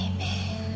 Amen